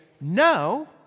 no